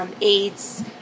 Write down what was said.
AIDS